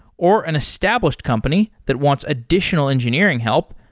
or an established company that wants additional engineering help,